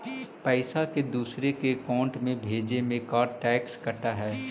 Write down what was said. पैसा के दूसरे के अकाउंट में भेजें में का टैक्स कट है?